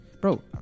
Bro